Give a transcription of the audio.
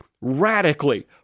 radically